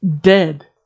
dead